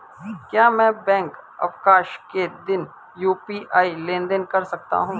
क्या मैं बैंक अवकाश के दिन यू.पी.आई लेनदेन कर सकता हूँ?